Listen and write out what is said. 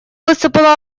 высыпала